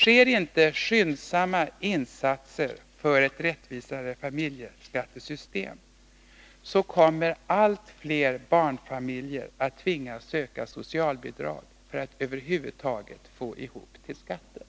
Görs inte skyndsamma insatser för att få ett rättvisare familjebeskattningssystem, kommer allt fler barnfamiljer att tvingas söka socialbidrag för att över huvud taget få ihop till skatten.